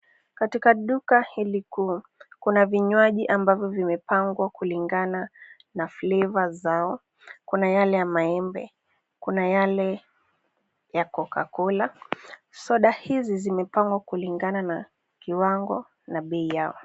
Katika duka hili kuu, kuna vinywaji ambavyo vimepangwa kulingana na flava zao. Kuna yale ya maembe, kuna yale ya coca-cola, soda hizi zimepangwa kulingana na kiwango na bei yao.